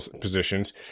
positions